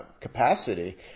capacity